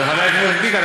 חבר הכנסת ביטן,